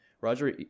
Roger